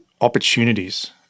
opportunities